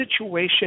situation